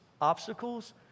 obstacles